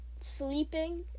sleeping